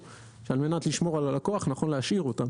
שעל-מנת לשמור על הלקוח נכון להשאיר אותן